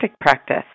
practice